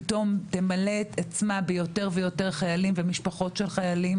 פתאום תמלא את עצמה ביותר ויותר חיילים ומשפחות של חיילים